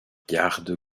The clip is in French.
garde